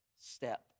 step